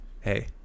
hey